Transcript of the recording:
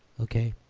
okay,